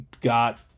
got